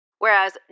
Whereas